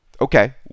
Okay